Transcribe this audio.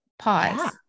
pause